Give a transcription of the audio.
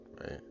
right